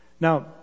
Now